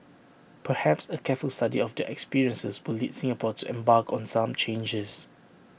perhaps A careful study of their experiences will lead Singapore to embark on some changes